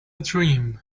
dream